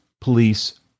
police